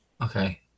Okay